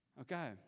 Okay